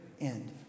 end